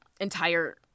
entire